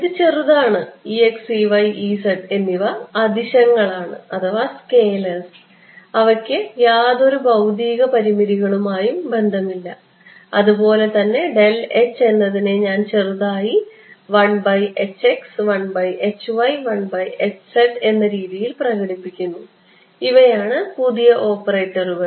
ഇത് ചെറുതാണ് എന്നിവ അദിശങ്ങളാണ് അവയ്ക്ക് യാതൊരു ഭൌതിക പരിമിതികളുമായും ബന്ധമില്ല അതുപോലെ തന്നെ എന്നതിനെ ഞാൻ ചെറുതായി എന്ന രീതിയിൽ പ്രകടിപ്പിക്കുന്നു ഇവയാണ് പുതിയ ഓപ്പറേറ്ററുകൾ